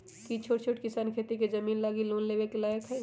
कि छोट किसान खेती के जमीन लागी लोन लेवे के लायक हई?